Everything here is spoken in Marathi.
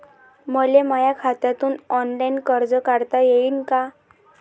मले माया खात्यातून ऑनलाईन कर्ज काढता येईन का?